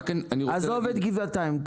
עזוב את גבעתיים.